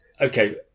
okay